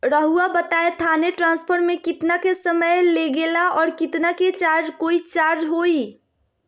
रहुआ बताएं थाने ट्रांसफर में कितना के समय लेगेला और कितना के चार्ज कोई चार्ज होई?